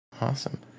Awesome